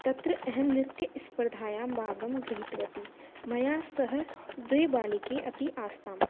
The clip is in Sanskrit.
तत्र अहं नृत्यस्पर्धायां भागं गृहीतवती मया सह द्वे बालिके अपि आस्ताम्